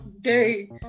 day